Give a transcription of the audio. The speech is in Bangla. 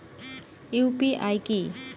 ইউ.পি.আই কি?